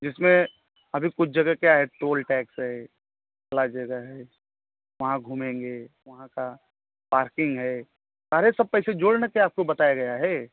इसमें अभी कुछ जगह क्या है टोल टैक्स है जगह है वहाँ घूमेंगे वहाँ की पार्किन्ग है सारे सब पैसे जोड़कर आपको बताया गया है